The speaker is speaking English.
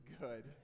good